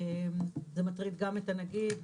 זה מטריד גם את הנגיד,